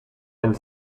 and